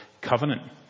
covenant